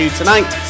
tonight